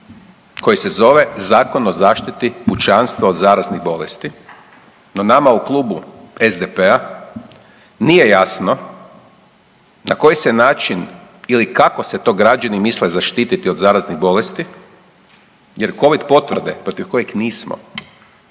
koji se zove Zakon o zaštiti pučanstva od zaraznih bolesti. No nama u Klubu SDP-a nije jasno na koji se način ili kako se to građani misle zaštititi od zaraznih bolesti jer covid potvrde protiv kojih nismo,